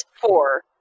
four